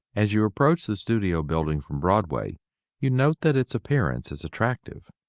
as you approach the studio building from broadway you note that its appearance is attractive.